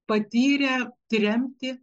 patyrę tremtį